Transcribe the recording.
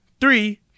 Three